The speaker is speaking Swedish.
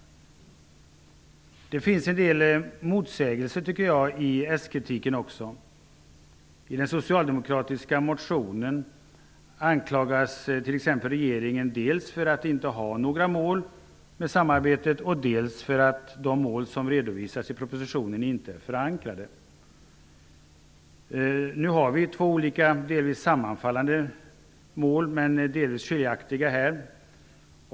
Det finns också en del motsägelser i s-kritiken. I en socialdemokratisk motion anklagas t.ex. regeringen dels för att inte ha några mål med samarbetet, dels för att de mål som redovisas i propositionen inte är förankrade. Vi har två olika, delvis sammanfallande men också delvis skiljaktiga mål.